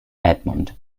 edmund